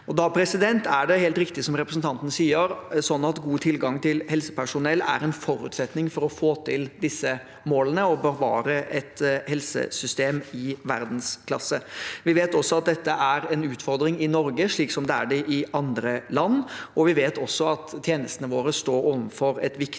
Da er det helt riktig som representanten sier – god tilgang til helsepersonell er en forutsetning for å få til disse målene og bevare et helsesystem i verdensklasse. Vi vet at dette er en utfordring i Norge, slik det er i andre land. Vi vet også at tjenestene våre står overfor et viktig